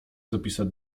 zapisać